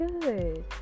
good